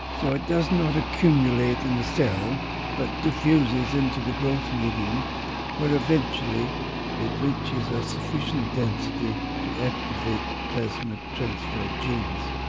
so it does not accumulate in the cell but diffuses into the growth medium where eventually it reaches a sufficient density to activate plasmid transfer ah genes.